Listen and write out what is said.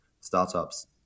startups